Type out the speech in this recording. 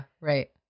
right